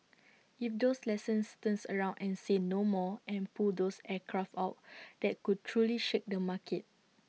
if those lessors turns around and say no more and pull those aircraft out that could truly shake the market